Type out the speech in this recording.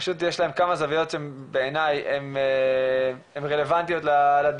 פשוט יש להם כמה זוויות שהן בעיני רלוונטיות לדיון,